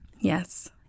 Yes